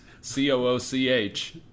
C-O-O-C-H